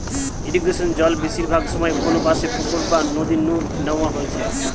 ইরিগেশনে জল বেশিরভাগ সময় কোনপাশের পুকুর বা নদী নু ন্যাওয়া হইতেছে